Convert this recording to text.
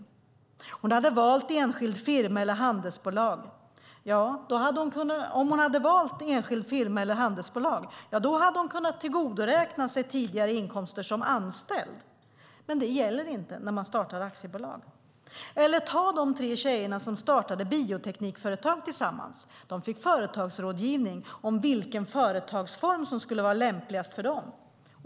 Om hon hade valt enskild firma eller handelsbolag hade hon kunnat tillgodoräkna sig tidigare inkomster som anställd, men det gäller inte när man startar aktiebolag. Eller ta de tre tjejer som startade ett bioteknikföretag tillsammans. De fick företagsrådgivning om vilken företagsform som skulle vara lämpligast för dem.